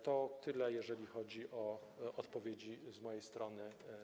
To tyle, jeżeli chodzi o odpowiedzi z mojej strony.